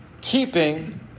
keeping